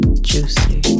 juicy